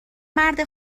مرد